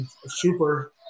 Super –